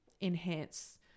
enhance